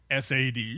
SAD